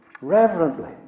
reverently